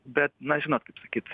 bet na žinot kaip sakyt